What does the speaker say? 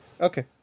Okay